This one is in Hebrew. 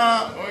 נא לסיים.